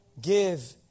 give